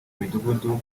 midugudu